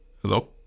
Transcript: Hello